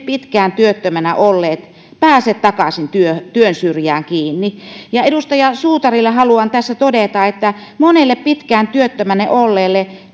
pitkään työttömänä olleet pääse takaisin työn työn syrjään kiinni edustaja suutarille haluan tässä todeta että monelle pitkään työttömänä olleelle